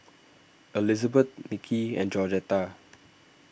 Elizabeth Nicky and Georgetta